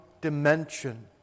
dimension